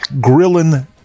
grilling